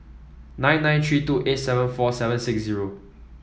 nine nine three two eight seven four seven six zero